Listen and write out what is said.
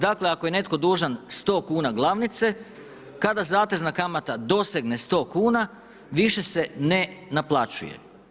Dakle, ako je netko dužan 100 kn glavnice, kada zatezna kamata dosegne 100 kn, više se ne naplaćuje.